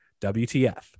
WTF